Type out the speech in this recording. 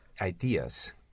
ideas